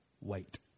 Wait